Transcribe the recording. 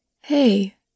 Hey